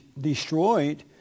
destroyed